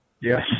Yes